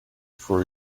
for